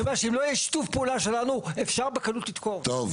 אני אומר שאם לא יהיה שיתוף פעולה שלנו אפשר בקלות לתקוע אותו.